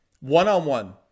one-on-one